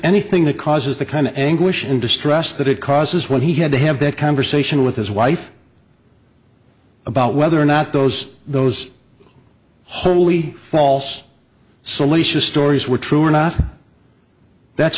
anything that causes the kind of anguish in distress that it causes when he had to have that conversation with his wife about whether or not those those holy false salacious stories were true or not that's